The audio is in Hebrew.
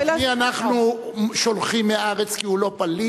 את מי אנחנו שולחים מהארץ כי הוא לא פליט,